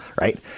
right